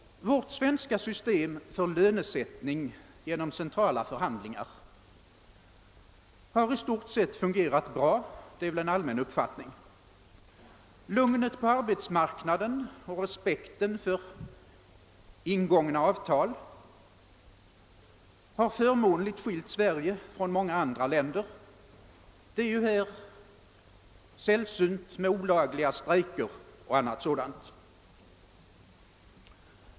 Vårt svenska system för lönesättning genom centrala förhandlingar har i stort sett fungerat bra — det är väl en allmän uppfattning. Lugnet på arbetsmarknaden och respekten för ingångna avtal har förmånligt skilt Sverige från många andra länder — det är här sällsynt med olagliga strejker och annat sådant.